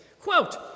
quote